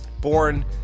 born